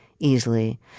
Easily